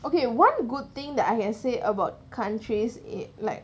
okay one good thing that I can say about countries it like